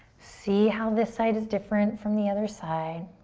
see how this side is different from the other side.